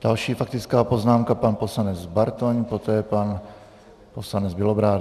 Další faktická poznámka, pan poslanec Bartoň, poté pan poslanec Bělobrádek.